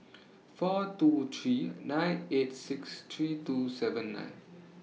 four two three nine eight six three two seven nine